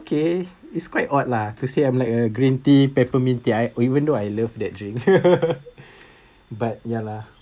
okay it's quite odd lah to say I'm like a green tea peppermint tea oh even though I love that drink but ya lah